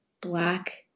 black